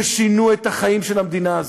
ששינו את החיים של המדינה הזאת,